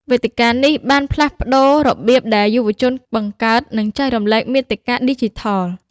វេទិកានេះបានផ្លាស់ប្ដូររបៀបដែលយុវជនបង្កើត និងចែករំលែកមាតិកាឌីជីថល។